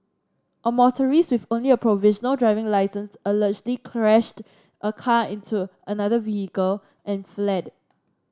a motorist with only a provisional driving licence allegedly crashed a car into another vehicle and fled